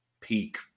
peak